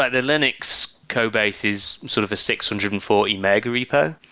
ah the linux codebase is sort of a six hundred and forty mega repo,